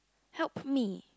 help me